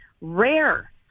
rare